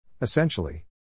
Essentially